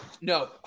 No